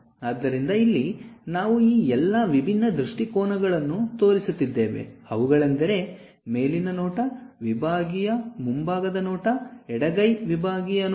ಆದ್ದರಿಂದ ಇಲ್ಲಿ ನಾವು ಈ ಎಲ್ಲಾ ವಿಭಿನ್ನ ದೃಷ್ಟಿಕೋನಗಳನ್ನು ತೋರಿಸುತ್ತಿದ್ದೇವೆ ಅವುಗಳೆಂದರೆ ಮೇಲಿನ ನೋಟ ವಿಭಾಗೀಯ ಮುಂಭಾಗದ ನೋಟ ಎಡಗೈ ವಿಭಾಗೀಯ ನೋಟ